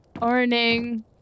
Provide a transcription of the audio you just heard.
morning